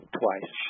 twice